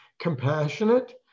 compassionate